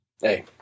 Hey